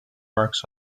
marks